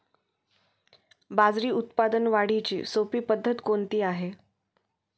बाजरी उत्पादन वाढीची सोपी पद्धत कोणती आहे?